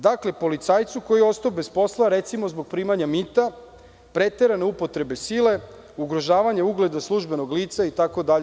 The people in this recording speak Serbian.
Dakle, policajcu koji je ostao bez posla recimo zbog primanje mita, preterane upotrebe sile, ugrožavanja ugleda službenog lica itd.